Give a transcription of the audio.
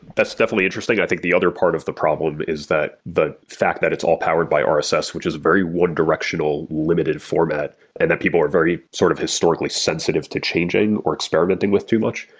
that's definitely interesting. i think the other part of the problem is that the fact that it's all powered by so rss, which is a very one-directional limited format and that people are very sort of historically sensitive to changing or experimenting with too much.